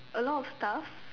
a lot of stuff